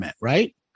right